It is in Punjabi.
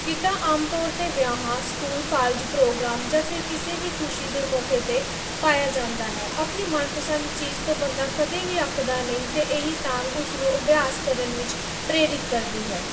ਗਿੱਧਾ ਆਮ ਤੌਰ 'ਤੇ ਵਿਆਹਾਂ ਸਕੂਲ ਕਾਲਜ ਪ੍ਰੋਗਰਾਮ ਜਾਂ ਫਿਰ ਕਿਸੇ ਵੀ ਖੁਸ਼ੀ ਦੇ ਮੌਕੇ 'ਤੇ ਪਾਇਆ ਜਾਂਦਾ ਹੈ ਆਪਣੀ ਮਨਪਸੰਦ ਚੀਜ਼ ਤੋਂ ਬੰਦਾ ਕਦੇ ਵੀ ਅੱਕਦਾ ਨਹੀਂ ਅਤੇ ਇਹੀ ਤਾਂ ਉਸਨੂੰ ਅਭਿਆਸ ਕਰਨ ਵਿੱਚ ਪ੍ਰੇਰਿਤ ਕਰਦੀ ਹੈ